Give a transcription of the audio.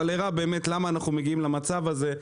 אבל הראה למה אנחנו מגיעים למצב הזה,